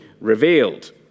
revealed